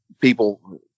people